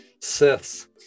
Siths